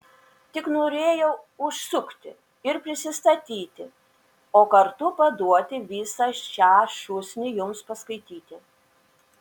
tik norėjau užsukti ir prisistatyti o kartu paduoti visą šią šūsnį jums paskaityti